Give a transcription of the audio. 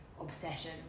obsession